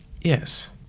Yes